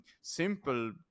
simple